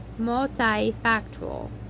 multifactorial